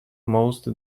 most